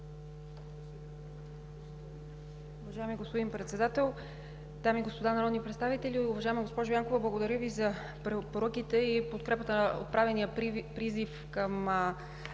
Уважаеми господин Председател, дами и господа народни представители! Уважаема госпожо Янкова, благодаря Ви за препоръките и подкрепата, за отправения призив към